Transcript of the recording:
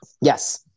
Yes